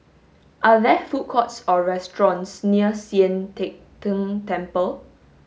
are there food courts or restaurants near Sian Teck Tng Temple